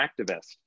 activist